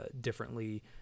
differently